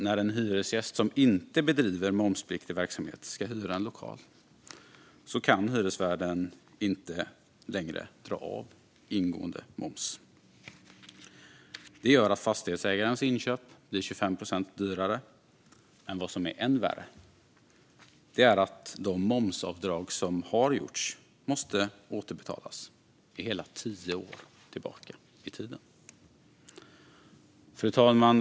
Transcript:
När en hyresgäst som inte bedriver momspliktig verksamhet ska hyra en lokal kan nämligen hyresvärden inte längre dra av ingående moms. Det gör att fastighetsägarens inköp blir 25 procent dyrare. Men det som är än värre är att de momsavdrag som har gjorts måste återbetalas hela tio år tillbaka i tiden. Fru talman!